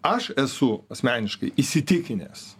aš esu asmeniškai įsitikinęs